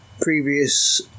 previous